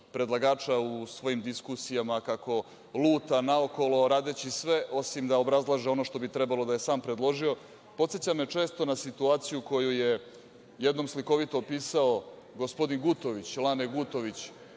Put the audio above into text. predlagača u svojim diskusijama kako luta naokolo, radeći sve osim da obrazlaže ono što bi trebalo da je sam predložio, na situaciju koju je jednom slikovito opisao gospodin Lane Gutović,